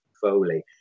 Foley